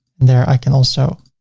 there, i can also